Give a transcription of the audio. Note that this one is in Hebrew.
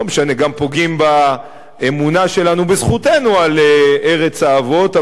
לא משנה שגם פוגעים באמונה שלנו בזכותנו על ארץ האבות,